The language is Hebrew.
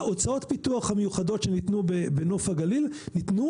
הוצאות הפיתוח המיוחדות שניתנו בנוף הגליל ניתנו